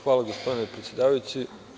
Hvala gospodine predsedavajući.